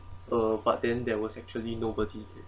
uh but then there was actually nobody